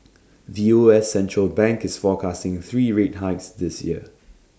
the U S central bank is forecasting three rate hikes this year